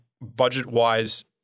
budget-wise